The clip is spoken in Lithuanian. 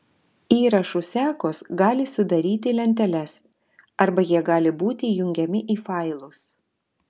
įrašų sekos gali sudaryti lenteles arba jie gali būti jungiami į failus